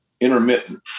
intermittent